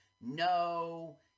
No